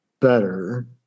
better